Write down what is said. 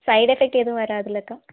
side effect எதுவும் வராதுல்ல அக்கா